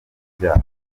ibyaha